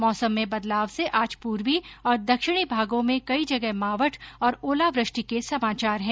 मौसम में बदलाव से आज पूर्वी और दक्षिणी भागों में कई जगह मावठ और ओलावृष्टि के समाचार हैं